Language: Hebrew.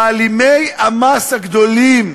מעלימי המס הגדולים,